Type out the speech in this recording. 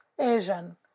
Asian